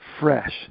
Fresh